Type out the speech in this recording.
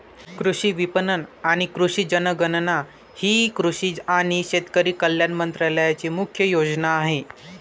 कृषी विपणन आणि कृषी जनगणना ही कृषी आणि शेतकरी कल्याण मंत्रालयाची मुख्य योजना आहे